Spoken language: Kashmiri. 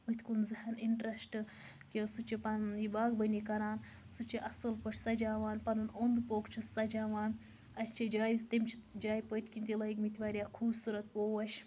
أتھۍ کُن ذہَن اِنٹرَسٹہٕ تِکیازِ سُہ چھُ پَنُن یہِ باغبٲنی کران سُہ چھُ اَصٕل پٲٹھۍ سَجاوان پَنُن اوٚنٛد پوٚکھ چھُ سَجاوان اَسہِ چھِ جایہِ ہٕنٛز تٔمِس چھِ جایہِ پٔتۍ کِنۍ تہِ لٲگمٕتۍ واریاہ خوٗبصوٗرت پوش